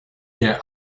their